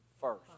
first